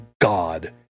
God